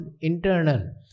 internal